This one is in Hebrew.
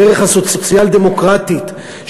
הדרך הסוציאל-דמוקרטית,